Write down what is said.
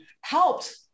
helped